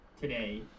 today